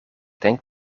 denk